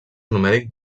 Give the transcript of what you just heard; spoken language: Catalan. numèric